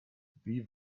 wie